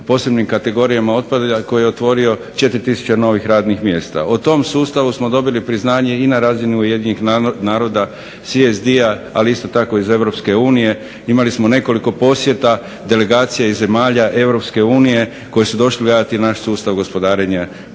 posebnim kategorijama otpada koji je otvorio 4000 novih radnih mjesta. O tom sustavu smo dobili priznanje i na razini Ujedinjenih naroda, CSD-a ali isto tako i iz Europske unije. Imali smo nekoliko posjeta delegacija i zemalja Europske unije koji su došli gledati naš sustav gospodarenja